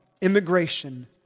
immigration